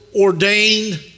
ordained